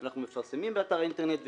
אנחנו מפרסמים באתר אינטרנט,